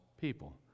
people